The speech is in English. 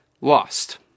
Lost